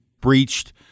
breached